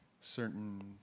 certain